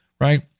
right